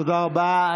תודה רבה.